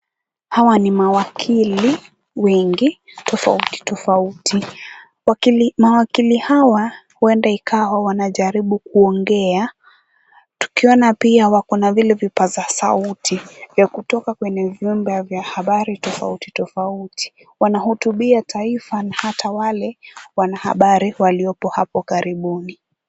Hawa ni mawakili wengi tofauti tofauti. Mawakili hawa huenda ikawa wanajaribu kuongea, tukiona pia wako na vile vipaza sauti vya kutoka kwenye vyombo vya habari tofauti tofauti. Wanahutubia taifa na hata wale wanahabari waliopo hapo karibuni.